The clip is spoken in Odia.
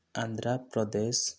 ଆନ୍ଧ୍ରପ୍ରଦେଶ